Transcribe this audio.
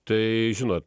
tai žinot